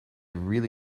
really